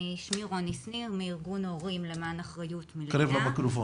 ני מארגון הורים למען אחריות מלידה.